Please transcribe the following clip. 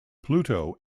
pluto